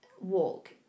walk